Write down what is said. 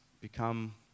become